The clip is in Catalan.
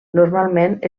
normalment